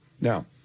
Now